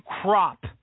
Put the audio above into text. crop